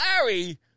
Larry